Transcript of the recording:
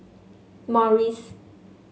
morries